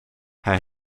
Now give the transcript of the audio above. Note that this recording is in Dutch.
hij